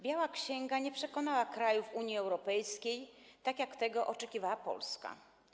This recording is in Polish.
Biała księga nie przekonała krajów Unii Europejskiej, tak jak tego oczekiwała Polska.